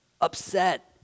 upset